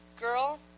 girl